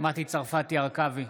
מטי צרפתי הרכבי,